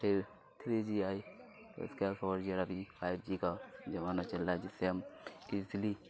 پھر three G آئی پھر اس کے فور جی اور ابھی فائیو جی کا زمانہ چل رہا ہے جس سے ہم ایزلی